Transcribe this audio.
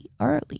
early